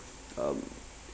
um